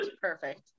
Perfect